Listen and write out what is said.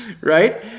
Right